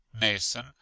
Nason